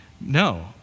No